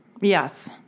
Yes